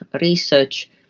research